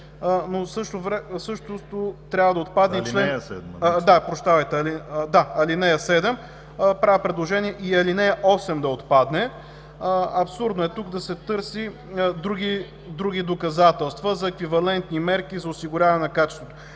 Абсурдно е тук да се търсят други доказателства за еквивалентни мерки за осигуряване на качеството.